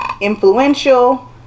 influential